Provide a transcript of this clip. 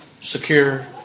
secure